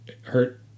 hurt